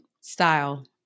style